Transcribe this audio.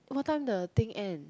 what time the thing end